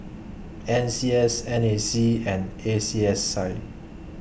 N C S N A C and A C S I